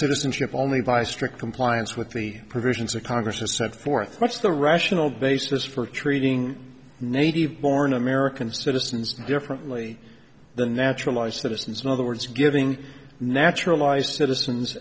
citizenship only by strict compliance with the provisions that congress has set forth what's the rational basis for treating native born american citizens differently than naturalized citizens in other words giving naturalized citizens